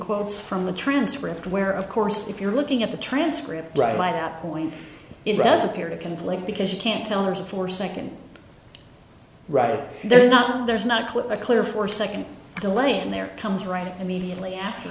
quotes from the transcript where of course if you're looking at the transcript bright like that point it does appear to conflict because you can't tell there's a four second right there is not there's not a clear four second delay and there comes right immediately after